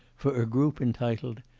for a group entitled,